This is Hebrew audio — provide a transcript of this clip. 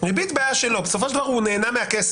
ריבית בעיה שלו, בסופו של דבר הוא נהנה מהכסף.